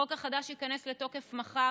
החוק החדש ייכנס לתוקף מחר,